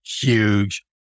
huge